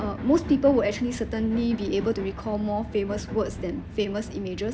um most people will actually certainly be able to recall more famous words than famous images